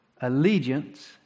allegiance